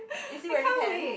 is he wearing pants